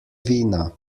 vina